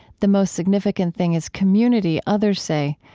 the most significant thing is community, others say.